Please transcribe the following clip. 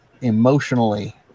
emotionally